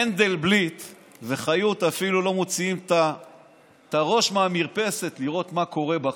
מנדלבליט וחיות אפילו לא מוציאים את הראש מהמרפסת לראות מה קורה בחוץ.